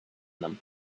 them